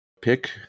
Pick